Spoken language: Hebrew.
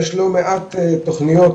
יש לא מעט תוכניות